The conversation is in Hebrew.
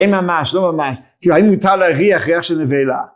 כן ממש.. לא ממש.. האם מותר להריח ריח של נבלה?